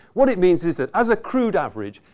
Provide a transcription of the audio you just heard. what it means is that as a crude average,